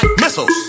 missiles